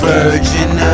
Virgin